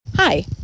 Hi